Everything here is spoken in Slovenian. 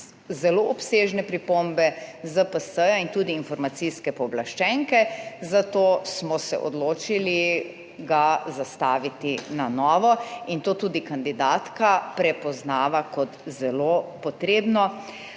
zelo obsežne pripombe ZPS in tudi informacijske pooblaščenke, zato smo se odločili ga zastaviti na novo in to tudi kandidatka prepoznava kot zelo potrebno,